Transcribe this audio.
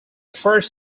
first